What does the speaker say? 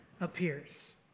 appears